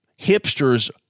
hipsters